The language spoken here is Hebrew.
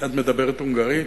את מדברת הונגרית?